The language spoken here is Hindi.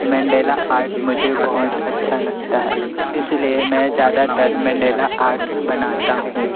मेंडेला आर्ट मुझे बहुत अच्छा लगता है इसी लिए मैं ज़्यादातर मेंडेला आर्ट बनाता हूँ